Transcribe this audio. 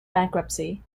bankruptcy